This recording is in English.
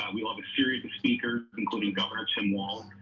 ah we have a series of speakers including governor tim walz,